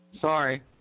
Sorry